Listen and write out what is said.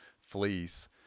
fleece